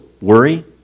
worry